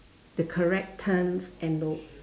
the correct turns and all